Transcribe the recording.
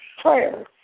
prayer